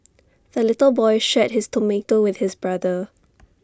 the little boy shared his tomato with his brother